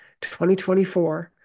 2024